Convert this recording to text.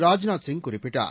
ராஜ்நாத் சிங் குறிப்பிட்டார்